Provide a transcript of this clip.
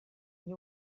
gli